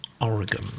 Oregon